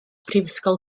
prifysgol